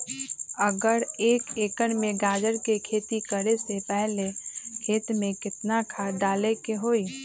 अगर एक एकर में गाजर के खेती करे से पहले खेत में केतना खाद्य डाले के होई?